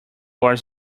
was